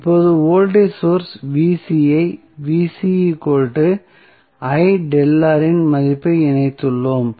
இப்போது voltage source ஐ இன் மதிப்பை இணைத்துள்ளோம்